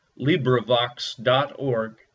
LibriVox.org